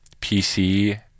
PC